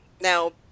Now